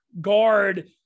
guard